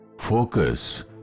Focus